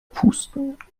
pusten